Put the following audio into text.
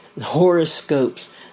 horoscopes